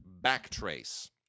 Backtrace